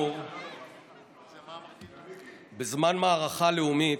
משם יוצאים, כאמור, בזמן מערכה לאומית,